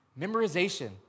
Memorization